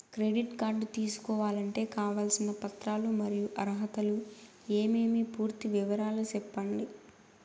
Credit card తీసుకోవాలంటే కావాల్సిన పత్రాలు మరియు అర్హతలు ఏమేమి పూర్తి వివరాలు సెప్పండి?